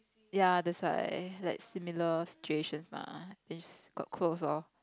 ya that's like like similar situations mah is got close lor